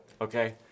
Okay